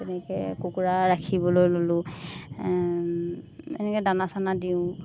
তেনেকৈ কুকুৰা ৰাখিবলৈ ল'লোঁ এনেকৈ দানা চানা দিওঁ